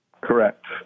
Correct